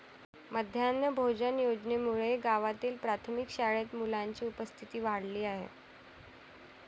माध्यान्ह भोजन योजनेमुळे गावातील प्राथमिक शाळेत मुलांची उपस्थिती वाढली आहे